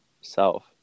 self